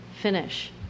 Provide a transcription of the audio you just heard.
finish